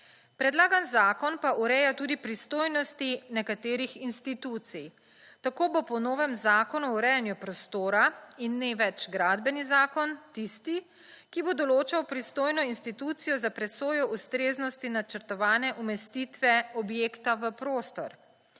Predlagani zakon pa ureja tudi pristojnosti nekaterih institucij tako bo po novem Zakonu o urejanju prostora in ne več gradbeni zakon tisti, ki bo odločal pristojno institucijo za presojo ustreznosti načrtovane umestitve objekta v prostor.